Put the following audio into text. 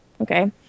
okay